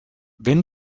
wenn